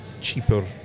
cheaper